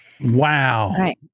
Wow